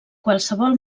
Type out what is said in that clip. qualsevol